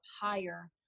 higher